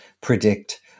predict